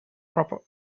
proper